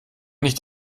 nicht